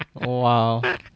Wow